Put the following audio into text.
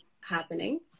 happening